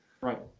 Right